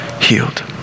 healed